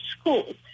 schools